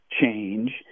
change